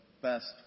best